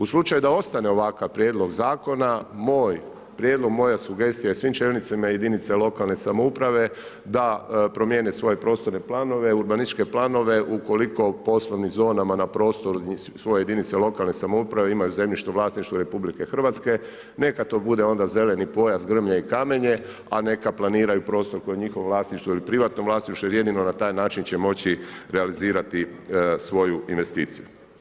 U slučaju da ostane ovakav prijedlog zakona, moj prijedlog, moja sugestija je svim čelnicima jedinica lokalne samouprave da promijene svoje prostorne i urbanističke planove ukoliko u poslovnim zonama na prostoru svoje jedinice lokalne samouprave imaju zemljište u vlasništvu RH, neka to bude onda zeleni pojas, grmlje i kamenje, a neka planiraju prostor koji je u njihovom vlasništvu ili u privatnom vlasništvu jer jedino na taj način će moći realizirati svoju investiciju.